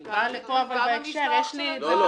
אני באה לפה בהקשר, יש לי את זה מאוד מגוון.